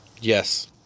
Yes